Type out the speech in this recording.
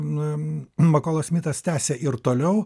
nu makolas smitas tęsia ir toliau